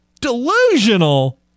Delusional